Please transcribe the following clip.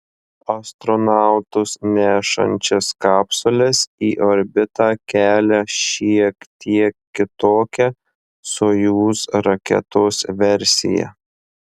astronautus nešančias kapsules į orbitą kelia šiek tiek kitokia sojuz raketos versija